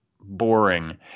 boring